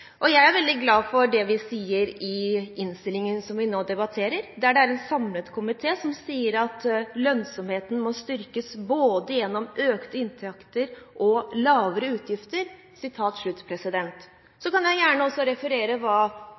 Jeg er veldig glad for det vi sier i innstillingen som vi nå debatterer. Det er en samlet komité som sier at lønnsomheten må styrkes både gjennom økte inntekter og lavere utgifter. Så kan jeg gjerne også referere merknaden fra Fremskrittspartiet, Høyre, Kristelig Folkeparti og Venstre og hva